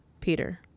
Peter